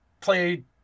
played